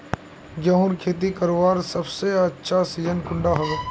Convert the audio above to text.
गेहूँर खेती करवार सबसे अच्छा सिजिन कुंडा होबे?